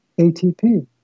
ATP